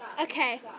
Okay